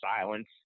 silence